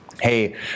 Hey